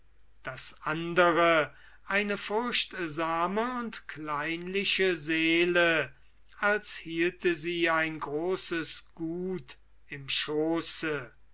das andere eine furchtsame und kleinliche seele als hielte sie ein großes gut im schooße